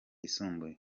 yisumbuye